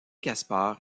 kaspar